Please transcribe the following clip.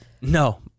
no